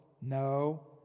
No